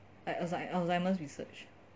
like alzheimer's research